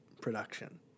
production